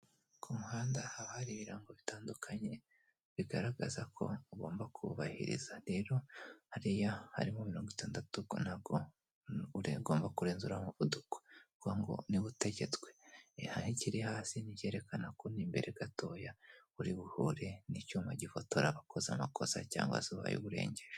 Ku muhanda haba hari ibirango bitandukanye bigaragaza ko ugomba kubahiriza, rero hariya harimo mirongo itandatu ubwo ntabwo ugomba kurenza uriya muvuduko nukuvugango niwo utegetswe iyo kiri hasi ni ibyeyerekana ko imbere gatoya uri buhure n'icyuma gifotora abakoze amakosa cyangwa se ubaye uwurengeje.